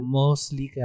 mostly